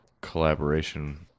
collaboration